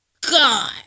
God